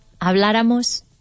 habláramos